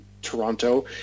Toronto